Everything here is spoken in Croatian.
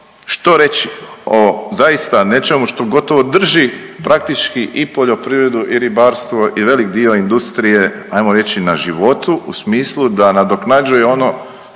što reći o zaista nečemu što gotovo drži praktički i poljoprivredu i ribarstvo i velik dio industrije ajmo reći na životu u smislu da nadoknađuje ono